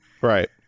Right